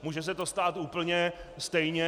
Může se to stát úplně stejně.